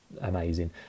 amazing